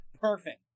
Perfect